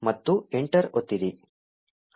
ಮತ್ತು ಎಂಟರ್ ಒತ್ತಿರಿ